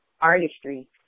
artistry